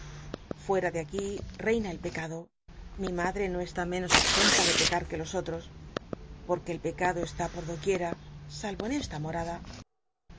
fuem de aquí reina el pecado mi madre no cslú menos exenta de pcca t que los otros porque el pecado está por do tnicm salro en esta morada